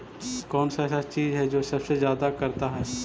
कौन सा ऐसा चीज है जो सबसे ज्यादा करता है?